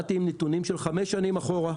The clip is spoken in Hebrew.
באתי עם נתונים של חמש שנים אחורה.